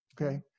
Okay